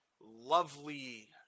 lovely